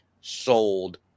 sold